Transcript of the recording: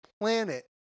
planet